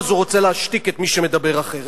אז הוא רוצה להשתיק את מי שמדבר אחרת.